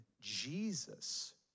Jesus